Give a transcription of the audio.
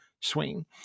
swing